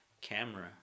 camera